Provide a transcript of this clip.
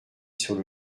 sur